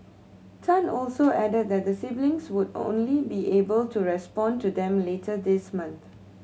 Tan also added that the siblings would only be able to respond to them later this month